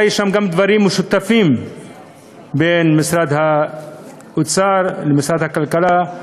אולי יש גם דברים משותפים בין משרד האוצר למשרד הכלכלה,